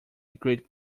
great